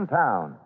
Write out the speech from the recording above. town